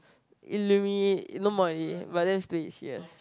illumi no more already but that lets do it serious